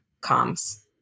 comms